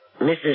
Mrs